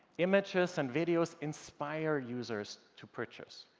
images and videos inspire users to purchase.